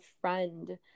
friend